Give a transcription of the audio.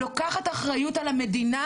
לוקחת אחריות על המדינה,